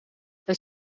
het